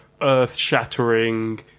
earth-shattering